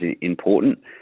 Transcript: important